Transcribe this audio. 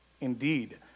Indeed